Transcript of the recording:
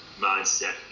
mindset